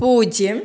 പൂജ്യം